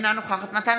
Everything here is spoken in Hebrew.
אינה נוכחת מתן